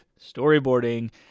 storyboarding